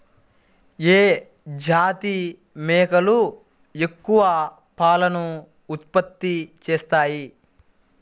ఏ జాతి మేకలు ఎక్కువ పాలను ఉత్పత్తి చేస్తాయి?